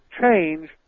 change